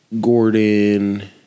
Gordon